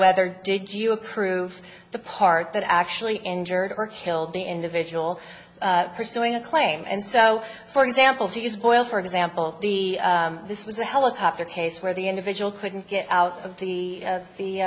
whether did you approve the part that actually injured or killed the individual pursuing a claim and so for example to use boyle for example the this was a helicopter case where the individual couldn't get out of the